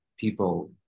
people